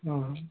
हां